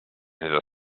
his